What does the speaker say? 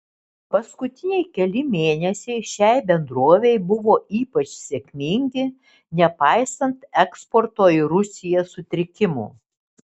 paskutiniai keli mėnesiai šiai bendrovei buvo ypač sėkmingi nepaisant eksporto į rusiją sutrikimų